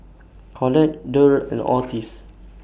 Colette Derl and Otis